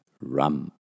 rum